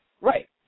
Right